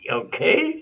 okay